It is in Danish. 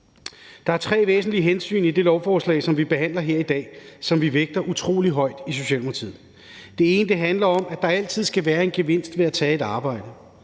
Der er tre væsentlige hensyn i det lovforslag, som vi behandler her i dag, og som vi vægter utrolig højt i Socialdemokratiet. Det ene handler om, at der altid skal være en gevinst ved at tage et arbejde.